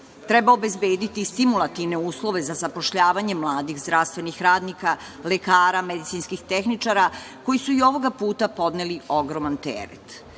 obezbediti i stimulativne uslove za zapošljavanje mladih zdravstvenih radnika, lekara, medicinskih tehničara koji su i ovoga puta podneli ogroman teret.